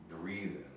breathing